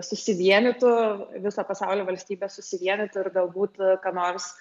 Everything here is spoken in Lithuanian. susivienytų viso pasaulio valstybės susivienytų ir galbūt ką nors